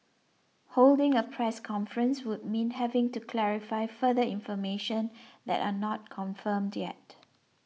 holding a press conference would mean having to clarify further information that are not confirmed yet